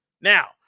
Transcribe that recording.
Now